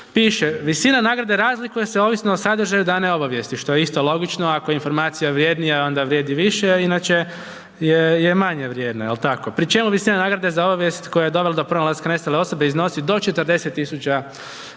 piše, visina nagrade razlikuje se o sadržaju dane obavijesti, što je isto logično, ako je informacija vrjednija, onda vrijedi više, inače je manje vrijedna, je li tako, pri čemu visina nagrade za obavijest koja je dovela do pronalaska nestale osobe iznosi do 40 tisuća